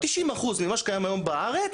90 אחוזים ממה שקיים היום בארץ,